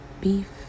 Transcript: beef